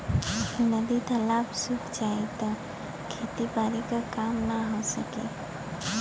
नदी तालाब सुख जाई त खेती बारी क काम ना हो सकी